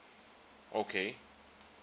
okay